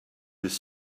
his